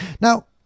Now